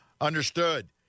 Understood